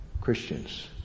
Christians